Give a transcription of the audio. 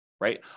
right